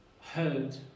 heard